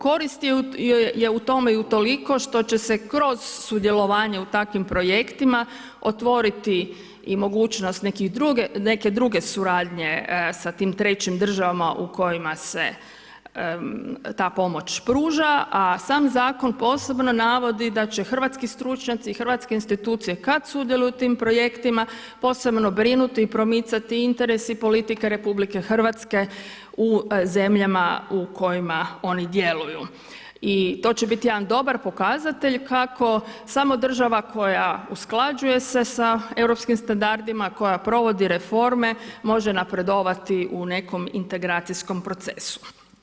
Korist je u tome i utoliko što će se kroz sudjelovanje u takvim projektima i otvoriti mogućnost neke druge suradnje sa tim trećim država u kojima se ta pomoć pruža a sam zakon posebno navodi da će hrvatski stručnjaci i hrvatske institucije kad sudjeluju u tim projektima, posebno brinuti i promicati interese i politike RH u zemljama u kojima oni djeluju i to će biti jedan dobar pokazatelj kako samo država koja usklađuje se sa europskim standardima, koja provodi reforme, može napredovati u nekom integracijskom procesu.